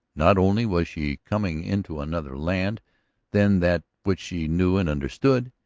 not only was she coming into another land than that which she knew and understood,